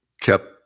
kept